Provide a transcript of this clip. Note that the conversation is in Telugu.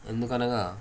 ఎందుకనగా